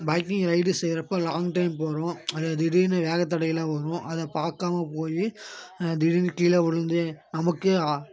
biking ride செய்கிறப்ப long drive போகிறோம் அதில் திடீர்னு வேகத்தடையெல்லாம் வரும் அதை பார்க்காம போய் திடீர்னு கீழே உழுந்து நமக்கே